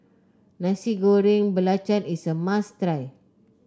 Nasi Goreng Belacan is a must try